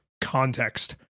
context